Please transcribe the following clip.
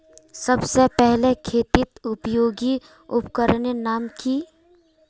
सबसे पहले खेतीत उपयोगी उपकरनेर नाम की?